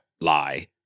lie